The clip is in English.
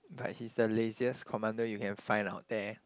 but he's the laziest commander you can find out there